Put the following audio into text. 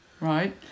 Right